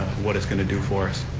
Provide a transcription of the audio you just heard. what it's going to do for us.